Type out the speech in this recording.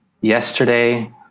yesterday